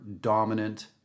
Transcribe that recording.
dominant